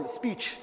speech